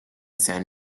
san